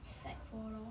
sec~ four lor